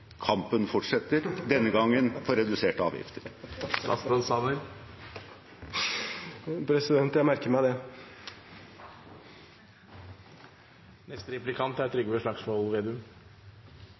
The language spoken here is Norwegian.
Kampen fortsetter. Denne gangen for reduserte avgifter. Jeg merker meg det.